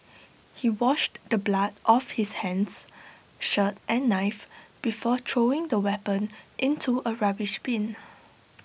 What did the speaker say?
he washed the blood off his hands shirt and knife before throwing the weapon into A rubbish bin